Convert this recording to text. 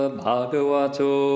bhagavato